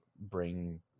bring